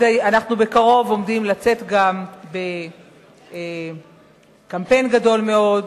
אנחנו עומדים לצאת בקרוב גם בקמפיין גדול מאוד,